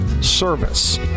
service